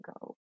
go